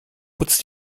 putz